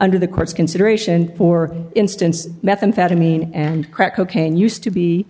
under the court's consideration for instance methamphetamine and crack cocaine used to be